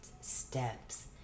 steps